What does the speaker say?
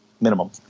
minimum